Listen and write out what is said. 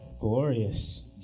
Glorious